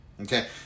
Okay